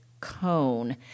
cone